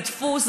זה דפוס,